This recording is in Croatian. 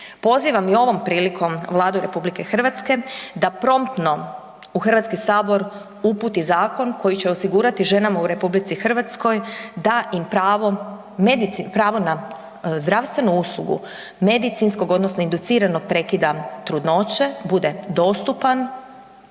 Pozivam i ovom prilikom Vladu RH da promptno u Hrvatski sabor uputi zakon koji će osigurati ženama u RH, da im pravo na zdravstvenu uslugu, medicinskog odnosno induciranog prekida trudnoće bude dostupan,